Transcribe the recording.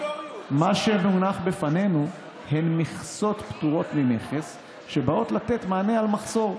מה שמונח בפנינו הוא מכסות פטורות ממכס שבאות לתת מענה על מחסור.